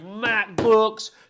MacBooks